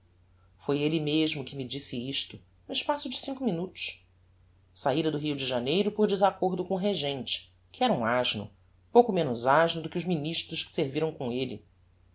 disse isto no espaço de cinco minutos saíra do rio de janeiro por desaccordo com o regente que era um asno pouco menos asno do que os ministros que serviram com elle